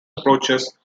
approaches